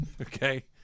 Okay